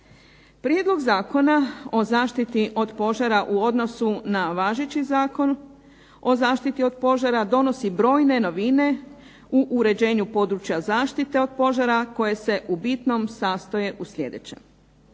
Prijedlog Zakona o zaštiti od požara u odnosu na važeći Zakon o zaštiti od požara donosi brojne novine u uređenju područja zaštite od požara koje se u bitnom sastoje u sljedećem: